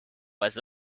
was